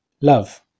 Love